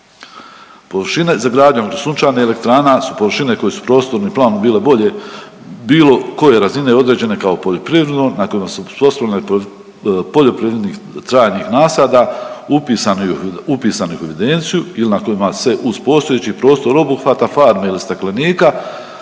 Površine za gradnjom sunčanih elektrana su površine koje su prostornim planom bile bolje bilo koje razine određene kao poljoprivredno nakon …/Govornik se ne razumije/… poljoprivrednih trajnih nasada upisanih, upisanih u evidenciju ili na kojima se uz postojeći prostor obuhvata farme ili staklenika